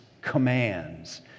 commands